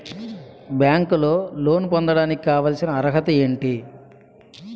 బ్యాంకులో లోన్ పొందడానికి కావాల్సిన అర్హత ఏంటి?